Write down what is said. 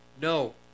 No